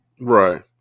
right